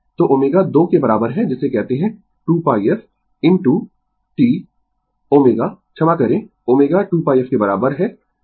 तो ω 2 के बराबर है जिसे कहते है 2πf इनटू tω क्षमा करें ω 2πf के बराबर है